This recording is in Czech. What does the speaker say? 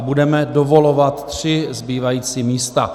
Budeme dovolovat tři zbývající místa.